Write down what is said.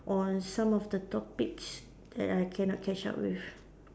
on some of the topics that I cannot catch up with